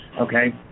okay